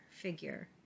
figure